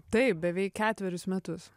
taip beveik ketverius metus